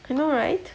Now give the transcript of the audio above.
can you like